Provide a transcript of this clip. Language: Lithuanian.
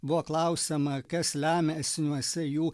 buvo klausiama kas lemia esiniuose jų